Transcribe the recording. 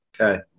Okay